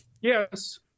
Yes